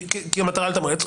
כי המטרה היא לתמרץ,